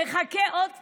נחכה עוד קצת,